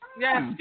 Yes